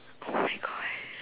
oh-my-God